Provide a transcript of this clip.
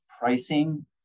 pricing